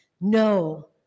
No